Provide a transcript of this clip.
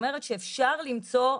זאת אומרת, שאפשר למצוא,